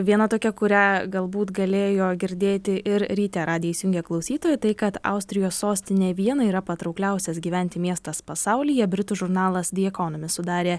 viena tokia kurią galbūt galėjo girdėti ir ryte radiją įsijungę klausytojai tai kad austrijos sostinė viena yra patraukliausias gyventi miestas pasaulyje britų žurnalas the economist sudarė